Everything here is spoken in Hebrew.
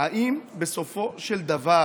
האם בסופו של דבר